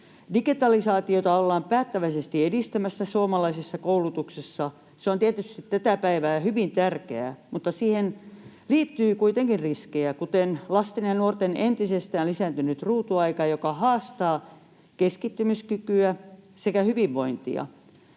Digitalisaatiota ollaan päättäväisesti edistämässä suomalaisessa koulutuksessa. Se on tietysti tätä päivää ja hyvin tärkeää, mutta siihen liittyy kuitenkin riskejä, kuten lasten ja nuorten entisestään lisääntynyt ruutuaika, joka haastaa keskittymiskykyä sekä hyvinvointia.